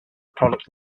product